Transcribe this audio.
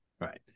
Right